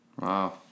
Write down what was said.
Wow